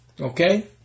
Okay